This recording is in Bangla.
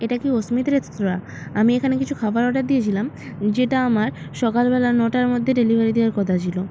এটা কি অস্মিত রেস্তোরাঁ আমি এখানে কিছু খাবার অর্ডার দিয়েছিলাম যেটা আমার সকালবেলা নটার মধ্যে ডেলিভারি দেওয়ার কথা ছিলো